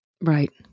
Right